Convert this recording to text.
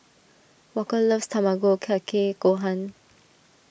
Walker loves Tamago Kake Gohan